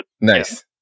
Nice